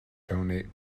donate